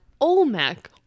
Olmec